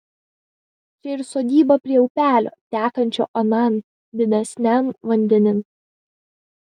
čia ir sodyba prie upelio tekančio anan didesnian vandenin